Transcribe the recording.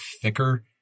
thicker